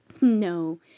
No